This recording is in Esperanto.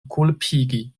kulpigi